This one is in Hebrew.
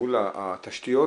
התשתיות